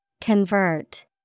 Convert